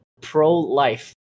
pro-life